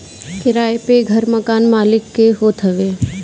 किराए पअ घर मकान मलिक के होत हवे